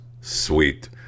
Sweet